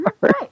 Right